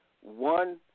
one